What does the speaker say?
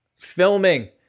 filming